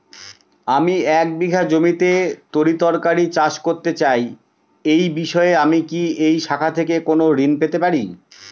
আমি এক বিঘা জমিতে তরিতরকারি চাষ করতে চাই এই বিষয়ে আমি কি এই শাখা থেকে কোন ঋণ পেতে পারি?